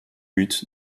but